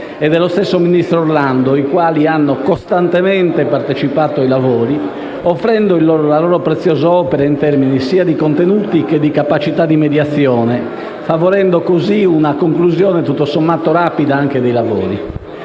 e del ministro Orlando, i quali hanno costantemente partecipato ai lavori, offrendo la loro preziosa opera in termini sia di contenuti che di capacità di mediazione, così favorendo la conclusione tutto sommato rapida dei lavori.